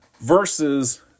versus